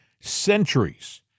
centuries